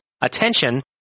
attention